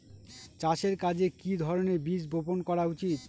চাষের কাজে কি ধরনের বীজ বপন করা উচিৎ?